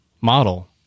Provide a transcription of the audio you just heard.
model